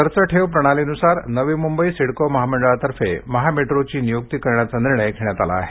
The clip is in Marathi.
खर्च ठेव प्रणालीनुसार नवी मुंबई सिडको महामंडळातर्फे महामेट्रोची नियुक्ती करण्याचा निर्णय घेण्यात आला आहे